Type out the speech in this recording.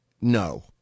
No